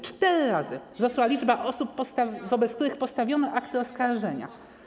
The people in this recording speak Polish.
Cztery razy wzrosła liczba osób, wobec których postawiono akty oskarżenia.